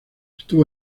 estuvo